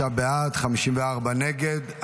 45 בעד, 54 נגד.